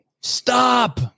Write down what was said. stop